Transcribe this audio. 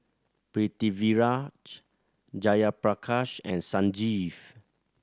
Pritiviraj Jayaprakash and Sanjeev